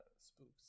spooks